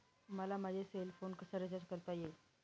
मला माझा cell phone कसा रिचार्ज करता येईल?